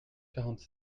quarante